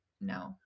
No